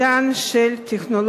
בעד, 26, נגד 37, ואין